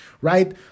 right